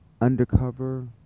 undercover